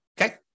Okay